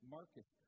Marcus